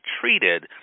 treated